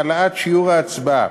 העלאת שיעור ההצבעה,